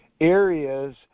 areas